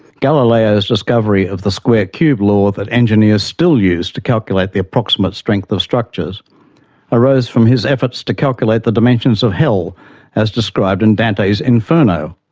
galileo's discovery of the square-cube law that engineers still use to calculate the approximate strength of structures arose from his efforts to calculate the dimensions of hell as described in dante's inferno.